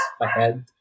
ahead